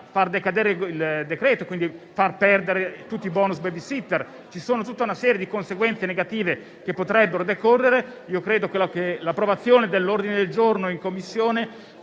far decadere il decreto, facendo quindi perdere tutti i bonus *baby-sitting*, con tutta una serie di conseguenze negative che potrebbero occorrere. Credo che l'approvazione dell'ordine del giorno in Commissione